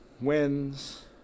wins